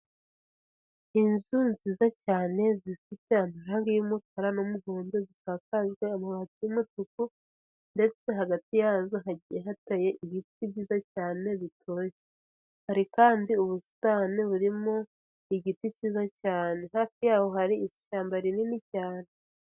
Inzu nziza cyane, zifite amarage y'umukara n'umuhondo, zisakajwe amabati y'umutuku, ndetse hagati yazo hagiye hateye ibiti byiza cyane bitoshye. Hari kandi ubusitani burimo igiti cyiza cyane. Hafi yaho hari ishyamba rinini cyane.